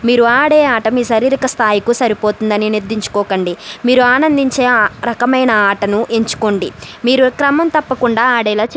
మీరు ఆడే ఆట మీ శారీరక స్థాయికి సరిపోతుందని నిర్దారించుకోకండి మీరు ఆనందించే ఆ రకమైన ఆటను ఎంచుకోండి మీరు క్రమం తప్పకుండా ఆడేలా చే